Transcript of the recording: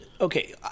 Okay